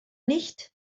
nicht